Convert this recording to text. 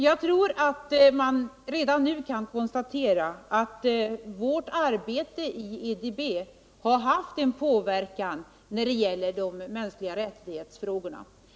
Jag tror att man redan nu kan konstatera att vårt arbete i IDB har haft en påverkan när det gäller frågor om de mänskliga rättigheterna.